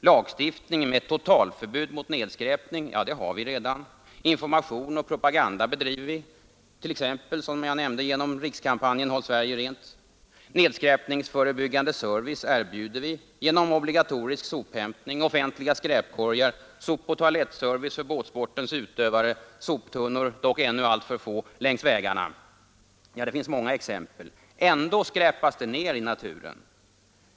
Lagstiftning med totalförbud mot nedskräpning har vi redan, information och propaganda bedriver vi, t.ex. som jag nämnde genom rikskampanjen Håll Sverige rent, nedskräpningsförebyggande service erbjuds genom obligatorisk sophämtning, offentliga skräpkorgar, sopoch toalettservice för båtsportens utövare, soptunnor — dock ännu alltför få — längs vägarna. Ja, det finns många exempel. Ändå skräpas det ner i naturen.